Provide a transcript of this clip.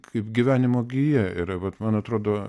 kaip gyvenimo gija yra vat man atrodo